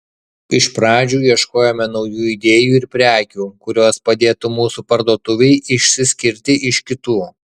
iš pradžių ieškojome naujų idėjų ir prekių kurios padėtų mūsų parduotuvei išsiskirti iš kitų